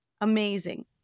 amazing